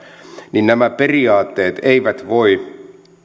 niin nämä periaatteet eivät voi